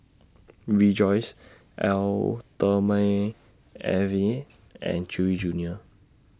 Rejoice Eau Thermale Avene and Chewy Junior